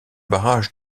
barrage